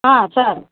sir